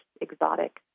exotic